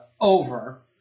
over